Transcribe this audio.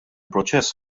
proċess